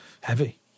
heavy